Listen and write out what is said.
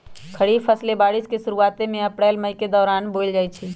खरीफ फसलें बारिश के शुरूवात में अप्रैल मई के दौरान बोयल जाई छई